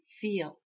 feel